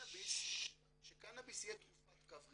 שקנאביס יהיה תרופת קו ראשון.